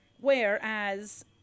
Whereas